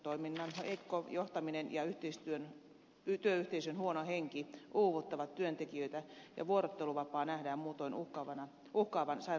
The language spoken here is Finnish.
työtoiminnan heikko johtaminen ja työyhteisön huono henki uuvuttavat työntekijöitä ja vuorotteluvapaa nähdään muutoin uhkaavan sairausloman vaihtoehtona